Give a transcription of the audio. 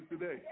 today